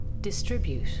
distribute